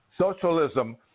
socialism